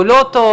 הוא לא טוב,